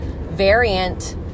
variant